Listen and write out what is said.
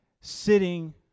sitting